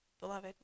beloved